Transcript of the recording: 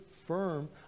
firm